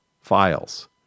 files